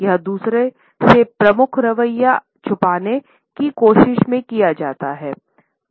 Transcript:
यह दूसरों से प्रमुख रवैया छुपाने की कोशिश में किया जाता है